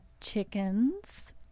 chickens